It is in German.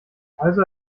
also